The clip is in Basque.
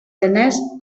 denez